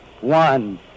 one